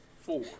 four